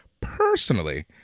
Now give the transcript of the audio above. personally